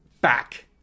back